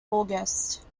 august